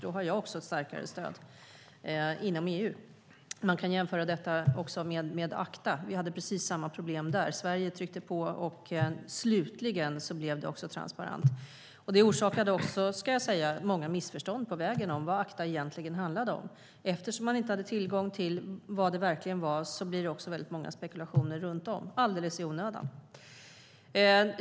Då har jag ett starkare stöd inom EU. Man kan jämföra detta med ACTA. Vi hade precis samma problem där. Sverige tryckte på, och till slut blev det transparent. Det orsakade också många missförstånd på vägen om vad ACTA egentligen handlade om. Eftersom man inte hade tillgång till vad det verkligen var blev det också mycket spekulationer - alldeles i onödan.